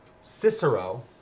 Cicero